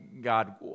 God